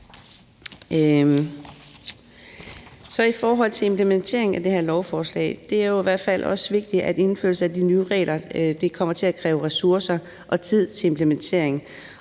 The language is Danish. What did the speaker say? I forhold til implementeringen af det her lovforslag er det jo i hvert fald også vigtigt at sige, at indførelse af de nye regler kommer til at kræve ressourcer og tid til implementering.